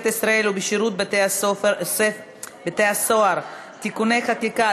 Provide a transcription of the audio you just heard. ישראל ובשירות בתי-הסוהר (תיקוני חקיקה),